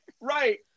right